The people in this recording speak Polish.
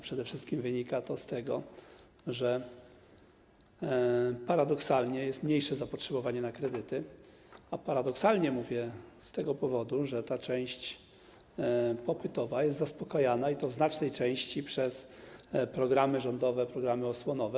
Przede wszystkim wynika to z tego, że paradoksalnie jest mniejsze zapotrzebowanie na kredyty, a „paradoksalnie” mówię z tego powodu, że ta część popytowa jest zaspokajana, i to w znacznej części, przez programy rządowe, programy osłonowe.